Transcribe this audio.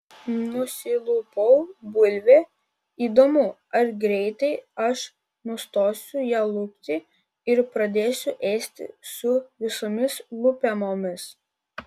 nusilupau bulvę įdomu ar greitai aš nustosiu ją lupti ir pradėsiu ėsti su visomis lupenomis